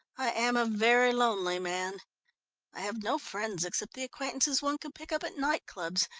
i am a very lonely man i have no friends except the acquaintances one can pick up at night clubs,